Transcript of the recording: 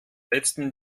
letzten